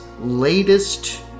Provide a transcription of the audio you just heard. latest